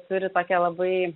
turi tokią labai